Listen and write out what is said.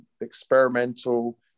experimental